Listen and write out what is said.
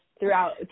throughout